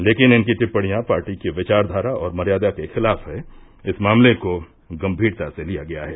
लेकिन इनकी टिप्पणियां पार्टी की विचारधारा और मर्यादा के खिलाफ हैं और इस मामले को गम्मीरता से लिया गया है